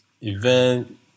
event